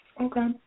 Okay